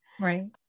Right